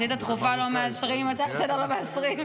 זה במרוקאית, כן?